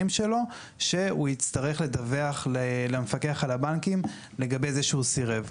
שלו שהוא יצטרך לדווח למפקח על הבנקים לגבי זה שהוא סירב.